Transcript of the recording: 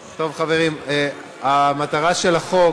חברים, המטרה של החוק